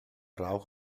rauch